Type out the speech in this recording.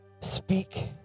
speak